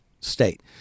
state